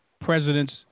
Presidents